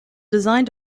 design